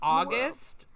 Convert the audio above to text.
August